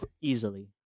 easily